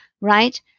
right